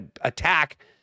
attack